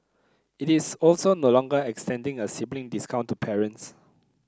it is also no longer extending a sibling discount to parents